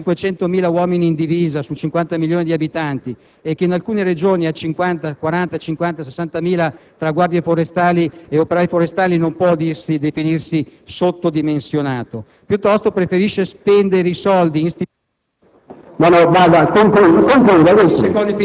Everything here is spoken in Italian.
delle forze, mi permetto di far notare che uno Stato che ha 500.000 uomini in divisa, su 59 milioni di abitanti, e che in alcune Regioni ha 50.000-60.000 unità tra guardie forestali e operai forestali, non può definirsi sottodimensionato. Piuttosto, preferisce spendere i soldi in stipendi,